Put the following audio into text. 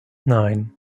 nine